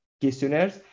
Questionnaires